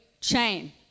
chain